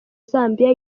zambia